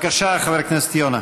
בבקשה, חבר הכנסת יונה.